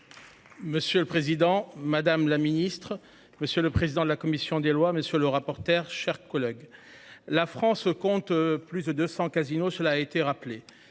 Monsieur le Président Madame la Ministre monsieur le président de la commission des lois. Monsieur le rapporteur, chers collègues. La France compte plus de 200, Casino, cela a été rappelé